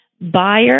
buyer